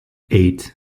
eight